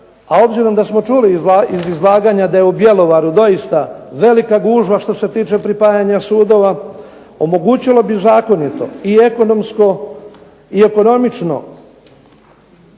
a obzirom da samo čuli iz izlaganja da je u Bjelovaru doista velika gužva što se tiče pripajanja sudova, omogućilo bi zakonito i ekonomično